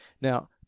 Now